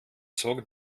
zog